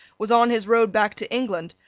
was on his road back to england,